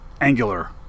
angular